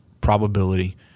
probability